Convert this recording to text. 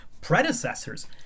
predecessors